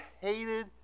hated